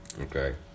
Okay